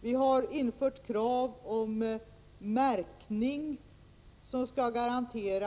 Vidare har vi infört krav på märkning som en garanti,